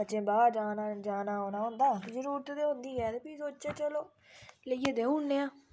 बच्चें बाह्र जाना औना होंदा जरूरत ते होंदी गै भी सोचेआ चलो लेइयै देई ओड़ने आं